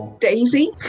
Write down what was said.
Daisy